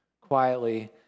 quietly